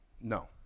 No